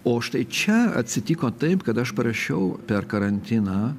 o štai čia atsitiko taip kad aš parašiau per karantiną